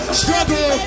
struggle